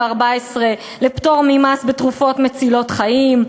לפטור ממס תרופות מצילות חיים,